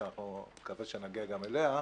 מקווה שנגיע גם אליה.